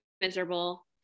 miserable